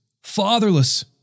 fatherless